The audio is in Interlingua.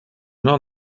non